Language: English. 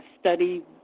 study